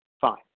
fine